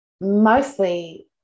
Mostly